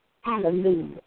Hallelujah